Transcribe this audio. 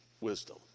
wisdom